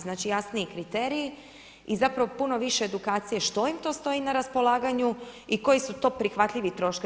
Znači jasniji kriteriji i zapravo puno više edukacije što im to stoji na raspolaganju i koji su to prihvatljivi troškovi.